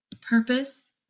purpose